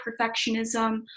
perfectionism